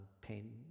pain